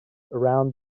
around